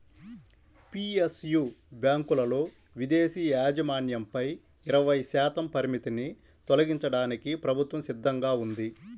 PSU బ్యాంకులలో విదేశీ యాజమాన్యంపై ఇరవై శాతం పరిమితిని తొలగించడానికి ప్రభుత్వం సిద్ధంగా ఉంది